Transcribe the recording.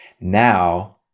Now